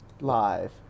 live